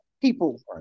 people